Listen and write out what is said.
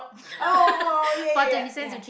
oh ya ya ya ya